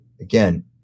Again